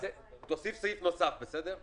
אז תוסיף סעיף נוסף, בסדר?